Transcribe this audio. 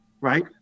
right